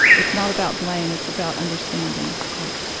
it's not about blame, it's about understanding like,